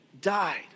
died